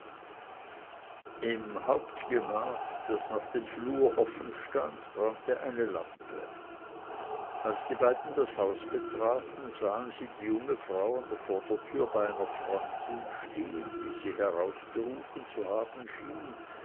im hauptgemach das nach dem flur offenstand brannte eine lampe als die beiden das haus betraten sahen sie die junge frau an der vordertür bei einer freundin stehen die sie herausgerufen zu haben schien